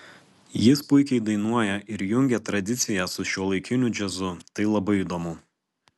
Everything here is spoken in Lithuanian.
jis puikiai dainuoja ir jungia tradiciją su šiuolaikiniu džiazu tai labai įdomu